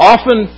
Often